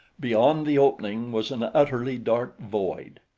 beyond the opening was an utterly dark void.